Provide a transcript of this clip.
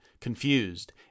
confused